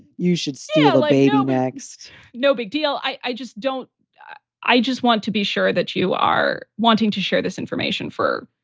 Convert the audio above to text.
you should still be be relaxed no big deal. i just don't i just want to be sure that you are wanting to share this information for.